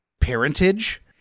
parentage